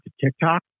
TikTok